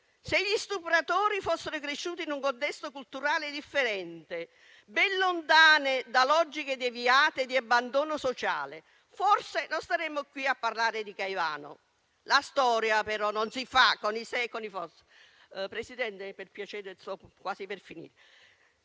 se gli stupratori fossero cresciuti in un contesto culturale differente, ben lontano da logiche deviate di abbandono sociale, forse non saremmo qui a parlare di Caivano. La storia però non si fa con i se e con i forse, ma si cambia con i fatti concreti